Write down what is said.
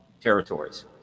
territories